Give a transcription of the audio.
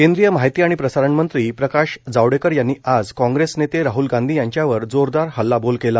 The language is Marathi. केंद्रीय माहिती आणि प्रसारण मंत्री प्रकाश जावडेकर यांनी आज कॉग्रेस नेते राहल गांधी यांच्यावर जोरदार हल्लाबोल केला